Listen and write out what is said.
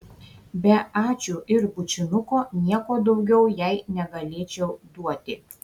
be ačiū ir bučinuko nieko daugiau jai negalėčiau duoti